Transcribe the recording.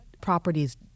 properties